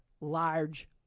large